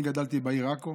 אני גדלתי בעיר עכו